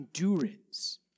endurance